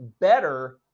better